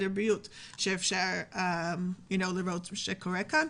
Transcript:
הבריאות שמאפשרים לראות מה שקורה כאן,